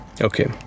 Okay